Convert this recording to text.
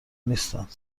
نیستند